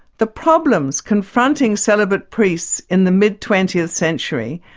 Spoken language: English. the problems confronting celibate priests in the mid twentieth century,